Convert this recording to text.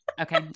Okay